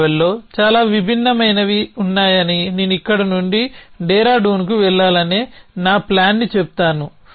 ఈ ట్రావెల్ లో చాలా విభిన్నమైనవి ఉన్నాయని నేను ఇక్కడ నుండి డెరాడూన్కి వెళ్లాలనే నా ప్లాన్ని చెబుతాను